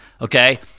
Okay